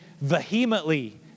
vehemently